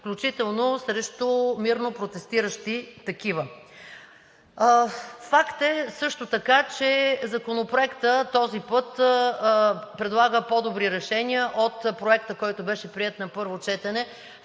включително срещу мирно протестиращи такива. Факт е също така, че Законопроектът този път предлага по-добри решения от Проекта, който беше приет на първо четене